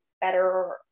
better